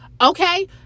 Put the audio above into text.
okay